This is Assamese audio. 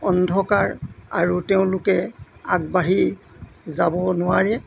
অন্ধকাৰ আৰু তেওঁলোকে আগবাঢ়ি যাব নোৱাৰে